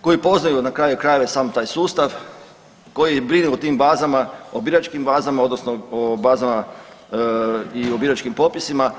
koji poznaju na kraju krajeva i sam taj sustav koji brine o tim bazama, o biračkim bazama, odnosno o bazama i o biračkim popisima.